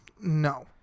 No